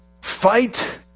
Fight